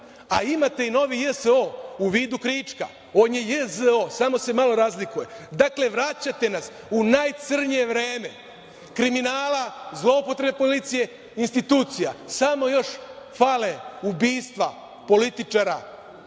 a imate i novi JSO u vidu Krička. On je JZO, samo se malo razlikuje. Dakle, vraćate nas u najcrnje vreme kriminala, zloupotrebe policije, institucije, samo još fale ubistva političara,